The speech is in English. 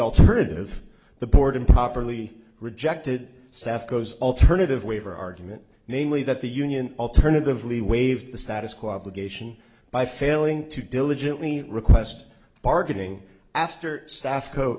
alternative the board improperly rejected staff goes alternative waiver argument namely that the union alternatively waive the status quo obligation by failing to diligently request bargaining after staff coa